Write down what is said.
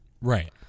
right